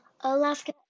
Alaska